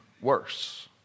worse